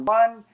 one